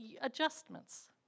adjustments